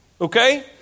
Okay